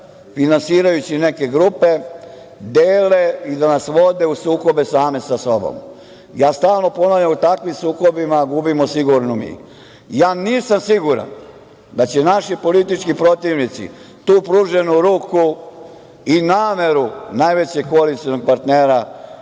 finansirajući, neke grupe dele i da nas vode u sukobe same sa sobom. Stalno ponavljam, u takvim sukobima gubimo sigurno mi. Nisam siguran da će naši politički protivnici tu pruženu ruku i nameru najvećeg koalicionog partnera